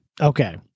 Okay